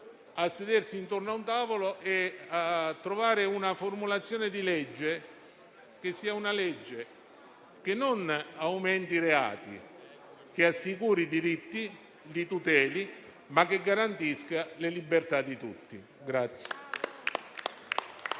a sedersi intorno a un tavolo e a trovare una formulazione di legge che non aumenti i reati, che assicuri i diritti e li tuteli, ma che garantisca le libertà di tutti.